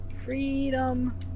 Freedom